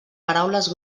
paraules